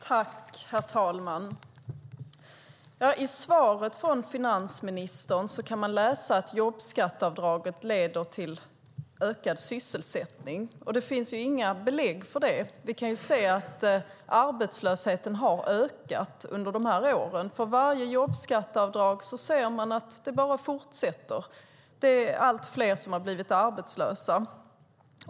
Herr talman! I svaret från finansministern får man veta att jobbskatteavdraget leder till ökad sysselsättning. Det finns inga belägg för det. Vi kan ju se att arbetslösheten har ökat under de här åren. För varje jobbskatteavdrag ser man att det bara fortsätter; det är allt fler som har blivit arbetslösa.